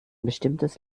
bestimmtes